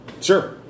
Sure